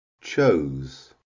chose